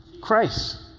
Christ